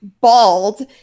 bald